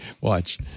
Watch